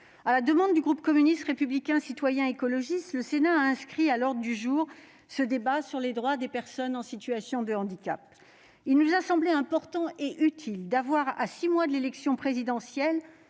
À la demande du groupe communiste républicain citoyen et écologiste, le Sénat a inscrit à l'ordre du jour ce débat sur les droits des personnes en situation de handicap. Il nous a semblé important et utile d'avoir, à six mois de l'élection présidentielle